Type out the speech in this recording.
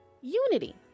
Unity